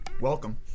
Welcome